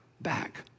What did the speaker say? back